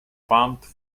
pumped